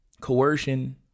coercion